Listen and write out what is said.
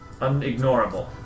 unignorable